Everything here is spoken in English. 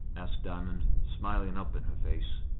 asked diamond, smiling up in her face.